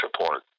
report